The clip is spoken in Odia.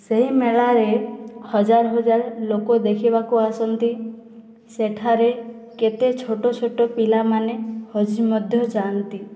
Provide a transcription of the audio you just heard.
ସେହି ମେଳାରେ ହଜାର ହଜାର ଲୋକ ଦେଖିବାକୁ ଆସନ୍ତି ସେଠାରେ କେତେ ଛୋଟ ଛୋଟ ପିଲାମାନେ ହଜି ମଧ୍ୟ ଯାଆନ୍ତି